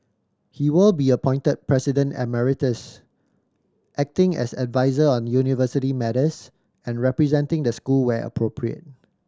he will be appointed President Emeritus acting as adviser on university matters and representing the school where appropriate